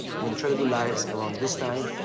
i'm going to try to do lives around this time.